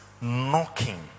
knocking